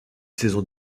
saison